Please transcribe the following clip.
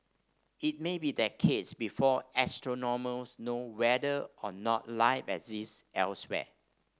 it may be decades before astronomers know whether or not life exists elsewhere